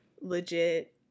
legit